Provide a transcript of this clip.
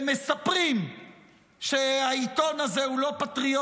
הם מספרים שהעיתון הזה הוא לא פטריוטי.